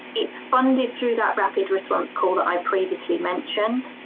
it's funded through that rapid response call that i previously mentioned,